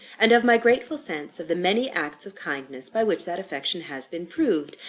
and of my grateful sense of the many acts of kindness by which that affection has been proved,